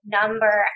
number